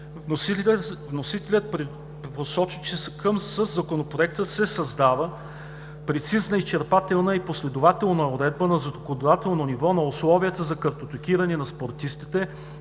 Вносителят посочи, че със Законопроекта се създава прецизна, изчерпателна и последователна уредба на законодателно ниво на условията за картотекиране на спортистите,